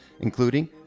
including